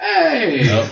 Hey